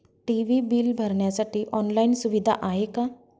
TV bill भरण्यासाठी online सुविधा आहे का?